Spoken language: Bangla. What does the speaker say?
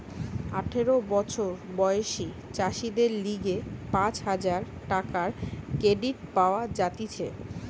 আঠারো বছর বয়সী চাষীদের লিগে পাঁচ হাজার টাকার ক্রেডিট পাওয়া যাতিছে